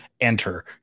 enter